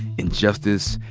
injustice,